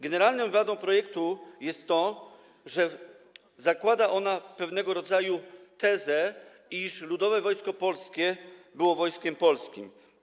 Generalną wadą projektu jest to, że zakłada on pewnego rodzaju tezę, iż Ludowe Wojsko Polskie było wojskiem polskim.